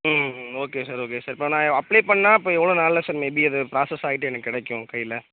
ம் okay sir okay sir இப்போ நான் அப்ளை பண்ணால் இப்போ எவ்வளோ நாளில் சார் மேபி அது ப்ராசஸ் ஆகிட்டு எனக்கு கிடைக்கும் கையில்